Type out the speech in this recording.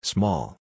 Small